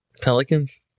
Pelicans